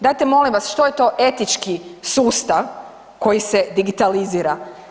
Dajte molim vas, što je to etički sustav koji se digitalizira?